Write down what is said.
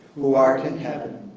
who art in heaven,